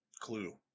clue